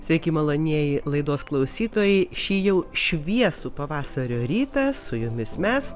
sveiki malonieji laidos klausytojai šį jau šviesų pavasario rytą su jumis mes